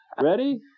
Ready